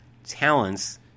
Talents